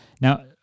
Now